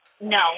No